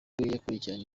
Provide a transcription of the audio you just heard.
yakurikiranye